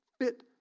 fit